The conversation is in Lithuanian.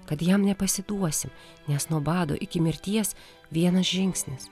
kad jam nepasiduosim nes nuo bado iki mirties vienas žingsnis